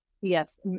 yes